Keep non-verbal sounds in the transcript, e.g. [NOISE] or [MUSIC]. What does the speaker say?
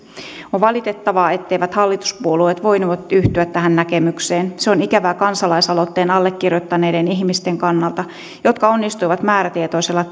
on valitettavaa etteivät hallituspuolueet voineet yhtyä tähän näkemykseen se on ikävää kansalais aloitteen allekirjoittaneiden ihmisten kannalta jotka onnistuivat määrätietoisella [UNINTELLIGIBLE]